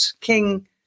King